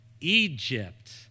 Egypt